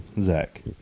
Zach